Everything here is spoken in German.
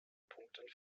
punkten